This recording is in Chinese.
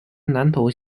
南投